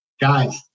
Guys